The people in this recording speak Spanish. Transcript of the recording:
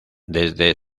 desde